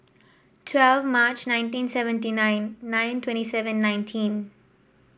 twelve March nineteen seventy nine nine twenty seven nineteen